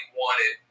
wanted